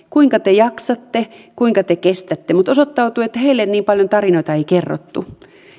kuinka te jaksatte kuinka te kestätte mutta osoittautui että heille ei niin paljon tarinoita kerrottu